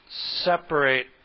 separate